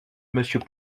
monsieur